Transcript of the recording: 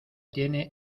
tiene